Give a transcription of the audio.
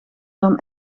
dan